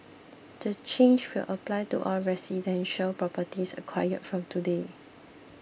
the change will apply to all residential properties acquired from today